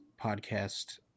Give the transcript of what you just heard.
podcast